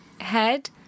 head